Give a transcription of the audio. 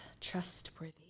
trustworthy